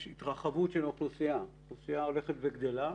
התרחבות של אוכלוסייה אוכלוסייה הולכת וגדלה,